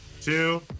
two